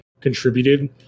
contributed